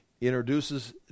introduces